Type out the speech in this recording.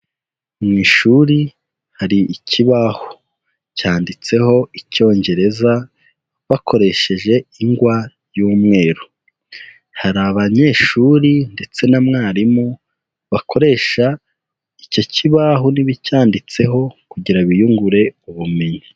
Mu ishuri hari ikibaho cyanditseho Icyongereza bakoresheje ingwa y'umweru, hari abanyeshuri ndetse na mwarimu bakoresha icyo kibaho n'ibicyanditseho kugira biyungure ubumenyi.